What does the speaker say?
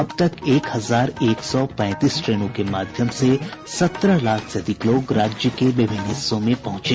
अब तक एक हजार एक सौ पैंतीस ट्रेनों के माध्यम से सत्रह लाख से अधिक लोग राज्य के विभिन्न हिस्सों में पहंचे